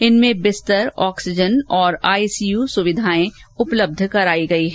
इनमें बिस्तर ऑक्सीजन और आईसीयू सुविधाएं उपलब्ध कराई गई हैं